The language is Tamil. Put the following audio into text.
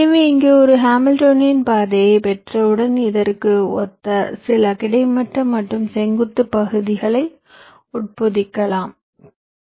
எனவே இங்கே ஒரு ஹாமில்டோனிய பாதையைப் பெற்றவுடன் இதற்கு ஒத்த சில கிடைமட்ட மற்றும் செங்குத்து பகுதிகளை உட்பொதிக்கவும்